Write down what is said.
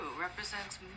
represents